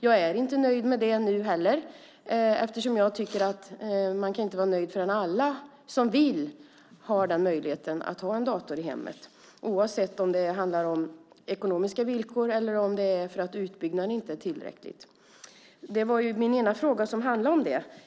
Jag är inte nöjd med det nu heller, och jag tycker inte att man kan vara nöjd förrän alla som vill ha en dator verkligen har en dator i hemmet, oavsett om problemet är ekonomiska villkor eller att utbyggnaden inte är tillräcklig. Min ena fråga handlade ju om det.